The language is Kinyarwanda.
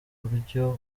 buryo